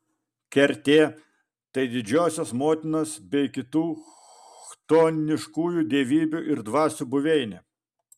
kertė tai didžiosios motinos bei kitų chtoniškųjų dievybių ir dvasių buveinė